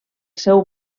seu